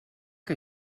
que